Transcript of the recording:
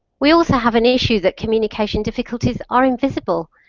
we also have an issue that communication difficulties are invisible.